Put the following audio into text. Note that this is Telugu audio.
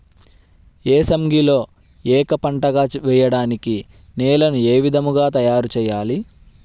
ఏసంగిలో ఏక పంటగ వెయడానికి నేలను ఏ విధముగా తయారుచేయాలి?